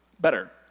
better